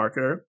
marketer